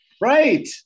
right